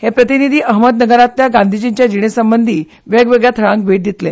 हे प्रतिनिधी अहमदनगरांतल्या गांधीजींच्या जिणे संबंदी वेगवेगळ्या थळांक भेट दितले